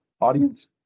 audience